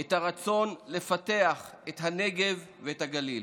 את הרצון לפתח את הנגב ואת הגליל.